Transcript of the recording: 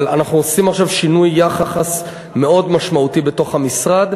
אבל אנחנו עושים עכשיו שינוי יחס מאוד משמעותי בתוך המשרד,